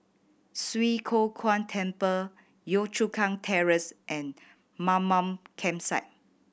Swee Kow Kuan Temple Yio Chu Kang Terrace and Mamam Campsite